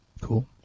Cool